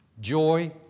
joy